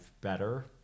better